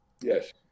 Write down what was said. Yes